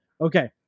Okay